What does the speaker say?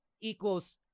equals